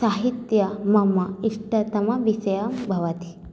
साहित्यं मम इष्टतमविषयं भवति